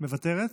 מוותרת,